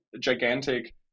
gigantic